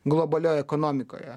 globalioj ekonomikoje